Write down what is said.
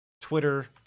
Twitter